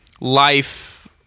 life